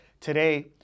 Today